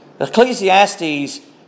Ecclesiastes